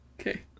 Okay